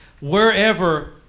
wherever